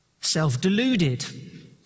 self-deluded